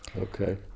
Okay